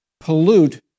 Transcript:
pollute